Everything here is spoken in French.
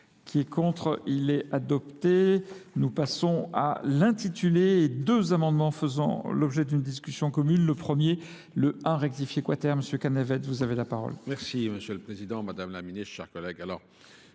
qui est contre, il est adopté. Nous passons à l'intitulé et deux amendements faisant l'objet d'une discussion commune. Le premier, le 1, rectifier Quater, M. Canavette, vous avez la parole.